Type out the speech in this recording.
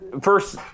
first